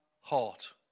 heart